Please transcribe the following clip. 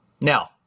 Now